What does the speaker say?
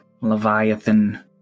Leviathan